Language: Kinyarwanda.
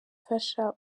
ifasha